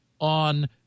on